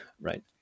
right